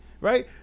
right